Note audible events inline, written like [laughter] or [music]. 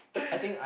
[noise]